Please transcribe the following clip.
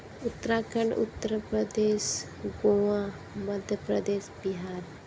Uttarakhand Uttar Pradesh Goa Madhya Pradesh Bihar